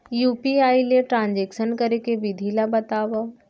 UPI ले transaction करे के विधि ला बतावव?